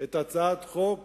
את הצעת החוק